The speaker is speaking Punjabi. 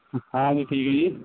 ਹ ਹਾਂਜੀ ਠੀਕ ਜੀ